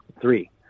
three